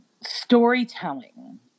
storytelling